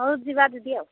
ହଉ ଯିବା ଦିଦି ଆଉ